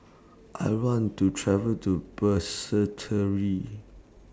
I want to travel to Basseterre